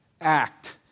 act